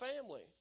family